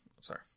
Sorry